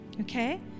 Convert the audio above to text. okay